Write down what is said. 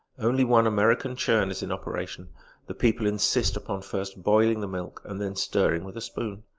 only one american churn is in operation the people insist upon first boiling the milk and then stirring with a spoon.